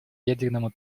ядерному